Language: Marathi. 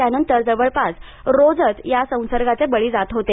त्यानंतर जवळपास रोजच या संसर्गाचे बळी जात होते